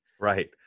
Right